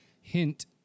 Hint